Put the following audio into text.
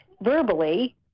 verbally